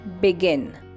begin